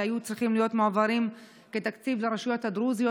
שהיו צריכים להיות מועברים כתקציב לרשויות הדרוזיות,